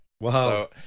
Wow